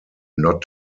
not